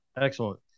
Excellent